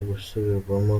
gusubirwamo